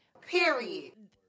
period